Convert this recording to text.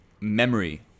memory